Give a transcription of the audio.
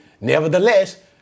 nevertheless